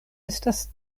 estas